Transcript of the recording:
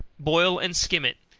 boil and skim it,